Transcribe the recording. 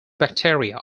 bacteria